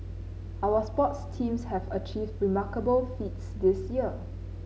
our sports teams have achieved remarkable feats this year